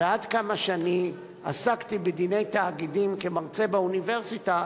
ועד כמה שאני עסקתי בדיני תאגידים כמרצה באוניברסיטה,